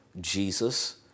Jesus